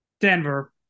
Denver